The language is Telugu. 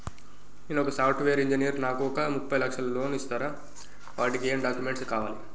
నేను ఒక సాఫ్ట్ వేరు ఇంజనీర్ నాకు ఒక ముప్పై లక్షల లోన్ ఇస్తరా? వాటికి ఏం డాక్యుమెంట్స్ కావాలి?